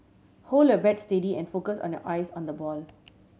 hold your bat steady and focus on your eyes on the ball